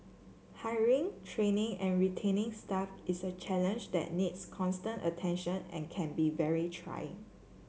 hiring training and retaining staff is a challenge that needs constant attention and can be very trying